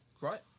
Right